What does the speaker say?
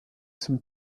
some